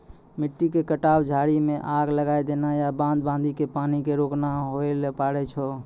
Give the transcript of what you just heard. मिट्टी के कटाव, झाड़ी मॅ आग लगाय देना या बांध बांधी कॅ पानी क रोकना होय ल पारै छो